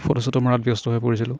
photo চটো মাৰাত ব্যস্ত হৈ পৰিছিলো